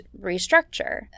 restructure